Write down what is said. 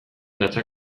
datza